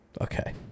Okay